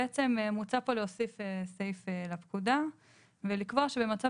בעצם מוצע פה סעיף לפקודה ולקבוע שבמצב